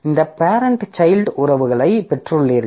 இந்த parent child உறவுகளை பெற்றுள்ளீர்கள்